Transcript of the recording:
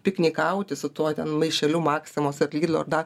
piknikauti su tuo ten maišeliu maksimos atlydlo ar dar